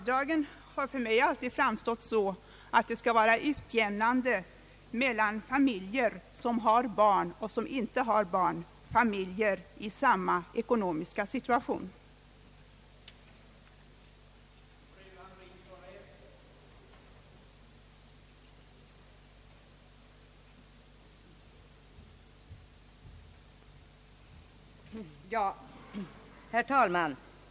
Det har för mig alltid framstått att de skall vara utjämnande mellan familjer som har barn och familjer i samma ekonomiska situation som inte har barn.